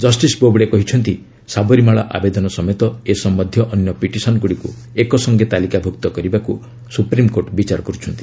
justice Bobde କହିଛନ୍ତି ସାବରୀମାଳା ଆବେଦନ ସମେତ ଏ ସମ୍ୟନ୍ଧୀୟ ଅନ୍ୟ ପିଟିସନ୍ଗୁଡ଼ିକୁ ଏକ ସଙ୍ଗେ ତାଲିକାଭୁକ୍ତ କରିବାକୁ ସୁପ୍ରିମ୍କୋର୍ଟ ବିଚାର କରୁଛନ୍ତି